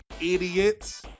idiots